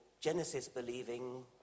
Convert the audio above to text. Genesis-believing